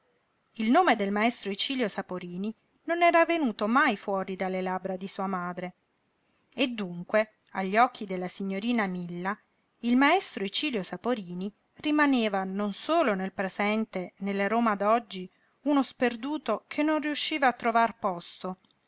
il nome del maestro icilio saporini non era venuto mai fuori dalle labbra di sua madre e dunque agli occhi della signorina milla il maestro icilio saporini rimaneva non solo nel presente nella roma d'oggi uno sperduto che non riusciva a trovar posto